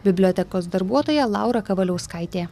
bibliotekos darbuotoja laura kavaliauskaitė